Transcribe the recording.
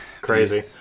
crazy